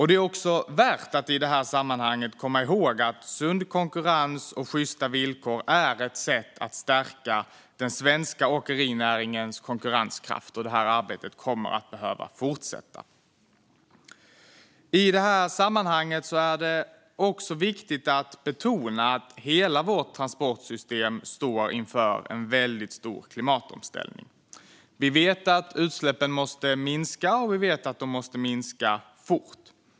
Det är också värt att i det här sammanhanget komma ihåg att sund konkurrens och sjysta villkor är ett sätt att stärka den svenska åkerinäringens konkurrenskraft. Det arbetet kommer att behöva fortsätta. Det är också viktigt att betona att hela vårt transportsystem står inför en väldigt stor klimatomställning. Vi vet att utsläppen måste minska, och vi vet att de måste minska fort.